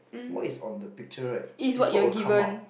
what is on the picture right is what will come out